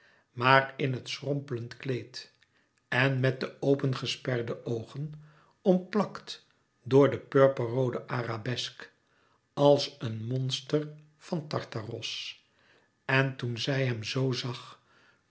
maar in het schrompelend kleed en met de open gesperde oogen omplakt door de purperroode arabesk als een monster van tartaros en toen zij hem zoo zag